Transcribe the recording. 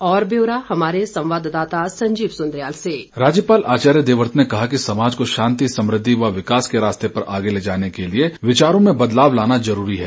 और ब्यौरा हमारे संवाद्दाता संजीव सुंद्रियाल से डिस्पैच राज्यपाल आचार्य देवव्रत ने कहा कि समाज को शांति समुद्धि व विकास के रास्ते पर आगे ले जाने के लिए विचारों में बदलाव लाना जरूरी है